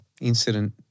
incident